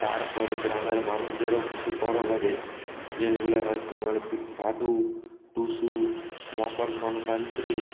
তারপর গ্রামের মানুষদেরও কিছু পরব আছে যেগুলা হয় তোমার ভাদু টুসু মকর সংক্রান্তি